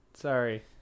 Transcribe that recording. Sorry